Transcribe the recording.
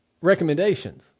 recommendations